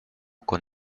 con